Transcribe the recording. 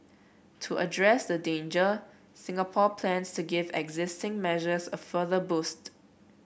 to address the danger Singapore plans to give existing measures a further boost